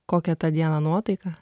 kokia tą dieną nuotaika